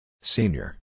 Senior